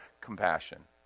compassion